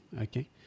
okay